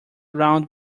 round